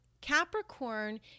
Capricorn